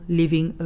living